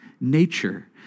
nature